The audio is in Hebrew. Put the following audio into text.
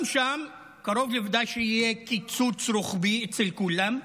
גם שם קרוב לוודאי שיהיה קיצוץ רוחבי אצל כולם,